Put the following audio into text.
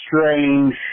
strange